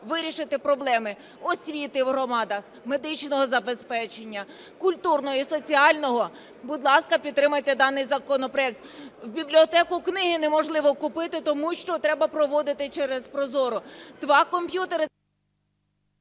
вирішити проблеми освіти в громадах, медичного забезпечення, культурного і соціального, будь ласка, підтримайте даний законопроект. В бібліотеку книги неможливо купити, тому що треба проводити через ProZorro.